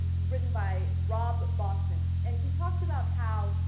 written by rob boston and he talked about how